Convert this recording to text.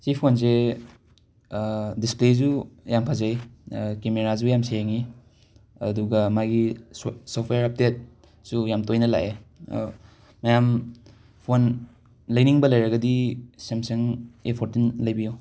ꯑꯁꯤ ꯐꯣꯟꯁꯦ ꯗꯤꯁꯄ꯭ꯂꯦꯖꯨ ꯌꯥꯝ ꯐꯖꯩ ꯀꯦꯃꯦꯔꯥꯖꯨ ꯌꯥꯝ ꯁꯦꯡꯏ ꯑꯗꯨꯒ ꯃꯥꯏꯒꯤ ꯁꯣ ꯁꯣꯐꯋꯦꯔ ꯑꯞꯗꯦꯠꯁꯨ ꯌꯥꯝ ꯇꯣꯏꯅ ꯂꯥꯛꯑꯦ ꯃꯌꯥꯝ ꯐꯣꯟ ꯂꯩꯅꯤꯡꯕ ꯂꯩꯔꯒꯗꯤ ꯁꯦꯝꯁꯪ ꯑꯦ ꯐꯣꯔꯇꯤꯟ ꯂꯩꯕꯤꯑꯣ